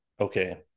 okay